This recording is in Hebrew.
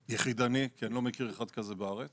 יחידני - כי אני לא מכיר אחד כזה בארץ